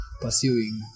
pursuing